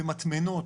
במטמנות.